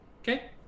Okay